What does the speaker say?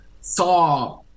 saw